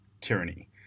tyranny